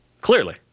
Clearly